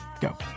go